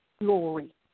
glory